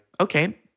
okay